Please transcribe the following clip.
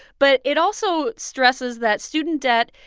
but it also stresses that student debt,